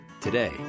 Today